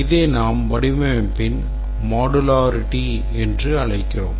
இதை நாம் வடிவமைப்பின் modularity என்று அழைக்கிறோம்